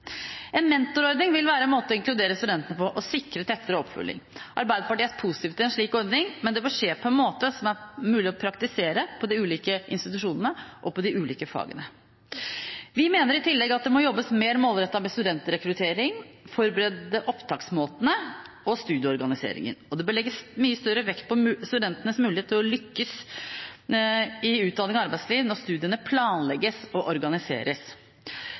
En mentorordning vil være en måte å inkludere studentene og sikre tettere oppfølging på. Arbeiderpartiet er positive til en slik ordning, men det bør skje på en måte som er mulig å praktisere ved de ulike institusjonene og i de ulike fagene. Vi mener i tillegg at det må jobbes mer målrettet med studentrekruttering, med å forbedre opptaksmåtene og studieorganiseringen. Det bør legges mye større vekt på studentenes mulighet til å lykkes i utdanning og arbeidsliv når studiene planlegges og organiseres.